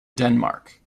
denmark